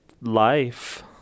life